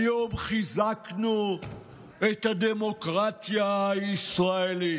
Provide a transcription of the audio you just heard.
היום חיזקנו את הדמוקרטיה הישראלית.